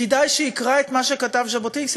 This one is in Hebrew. כדאי שיקרא את מה שכתב ז'בוטינסקי.